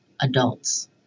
adults